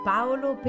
Paolo